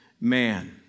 man